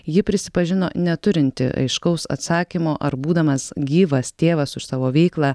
ji prisipažino neturinti aiškaus atsakymo ar būdamas gyvas tėvas už savo veiklą